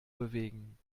bewegen